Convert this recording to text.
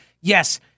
yes